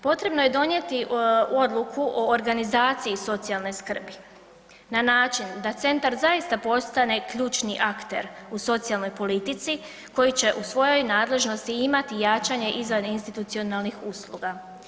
Potrebno je donijeti odluku o organizaciji socijalne skrbi na način da centar zaista postane ključni akter u socijalnoj politici koji će u svojoj nadležnosti imati jačanje izvaninstitucionalnih usluga.